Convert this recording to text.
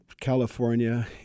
California